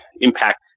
impact